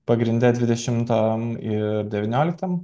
pagrinde dvidešimtam ir devynioliktam